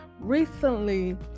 Recently